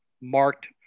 marked